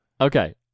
Okay